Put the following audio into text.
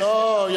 לא.